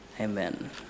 Amen